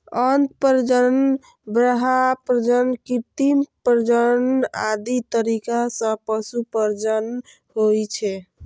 अंतः प्रजनन, बाह्य प्रजनन, कृत्रिम प्रजनन आदि तरीका सं पशु प्रजनन होइ छै